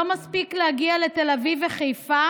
לא מספיק להגיע לתל אביב וחיפה?